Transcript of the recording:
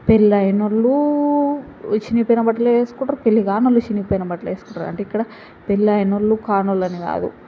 పెళ్ళైనవాళ్ళు చినిగిపోయిన బట్టలే వేసుకుంటారు పెళ్ళి కానోళ్ళు చినిగిపోయిన బట్టలే వేసుకుంటారు అంటే ఇక్కడ పెళ్ళయిన వాళ్ళు కానోళ్ళని కాదు